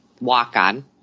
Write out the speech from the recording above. walk-on